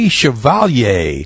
Chevalier